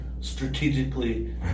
strategically